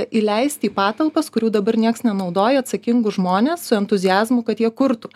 įleisti į patalpas kurių dabar nieks nenaudoja atsakingus žmones su entuziazmu kad jie kurtų